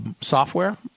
software